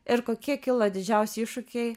ir kokie kilo didžiausi iššūkiai